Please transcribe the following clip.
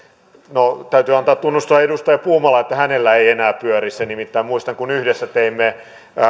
no täytyy antaa tunnustusta edustaja puumalalle että hänellä se ei enää pyöri nimittäin muistan kun yhdessä teimme